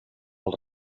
els